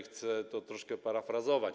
Chcę to troszkę sparafrazować.